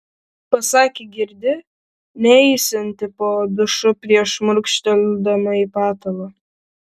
pasakė girdi neisianti po dušu prieš šmurkšteldama į patalą